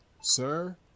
sir